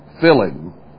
filling